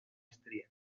maestría